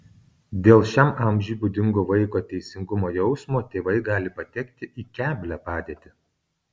dėl šiam amžiui būdingo vaiko teisingumo jausmo tėvai gali patekti į keblią padėtį